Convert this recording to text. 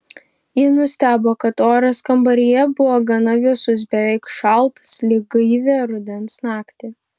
ji nustebo kad oras kambaryje buvo gana vėsus beveik šaltas lyg gaivią rudens naktį